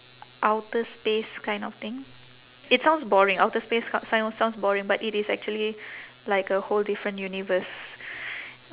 outer space kind of thing it sounds boring outer space sounds sounds boring but it is actually like a whole different universe